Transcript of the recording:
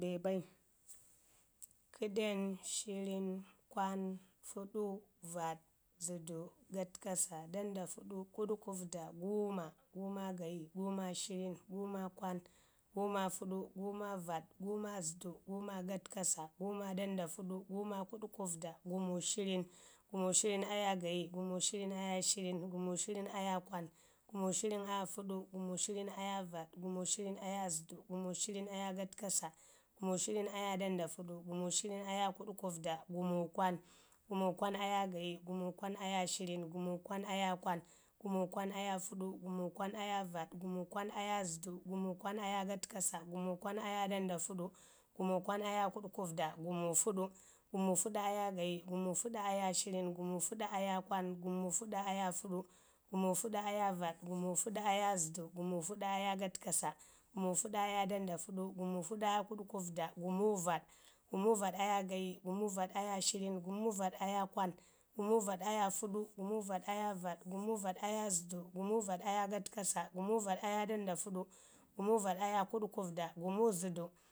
Bebai, kəɗen, shirin, kwan fuɗu, vaɗ, zədu, gatkasa, dandafuɗu, kuɗkufda, guuma, guuma ya gayi, guuma ya shirin, guuma ya kwan, guuma ya fuɗu, guuma ya vaɗa, guumu ya zədu, guuma ya gatkasa, guuma ya dandafaɗu, guuma ya kuɗkufda, gumu shirin, gumu shirin aya gayi, gumu shirin aya shirin, gumu shirin aya kwan, gumu shirin aya fuɗu, gumu shirin aya vaƙ, gumu shirin aya zədu, gumu shirin aya gatkasa, gumu shirin aya Dandafuɗu, gumu shirin aya kuɗkufda, gumu kwan, gumu kwan aya gapi, gumu kwan aya shirin, gumu kwan aya kwan, gumu kwan aya fuɗu, gumu kwan aya vaɗ, gumu kwan aya zədu, gumu kwan aya gatkasa, gumu kwan aya Dandafuɗu, gumu kwan aya kuɗkufda, gumu fuɗu, gumu fuɗu aya gayi, gumu fuɗu aya shirin, gumu fuɗu aya kwan, gumu fuɗu aya fuɗu, gumu fuɗu aya vaɗi, gumu fuɗu aya zədu, gumu fuɗu aya gatkasa, gumu fuɗu aya Dandafuɗu, gumu fuɗu aya kuɗkufda, gumu vaɗ, gumu vaɗ aya gayi, gumu vaɗ aya shirin, gumu vaɗ aya kwan, gumu vaɗ aya fuɗu gumu vaɗ aya vaɗ, gumu vaɗ aya zədu, gumu vaɗ aya gatkasa, gumu vaɗ aya Dandaƙuɗu, gumu vaɗ aya kuɗkufda, gumu zədu